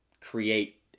create